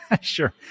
sure